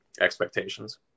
expectations